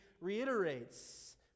reiterates